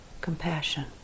compassion